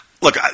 look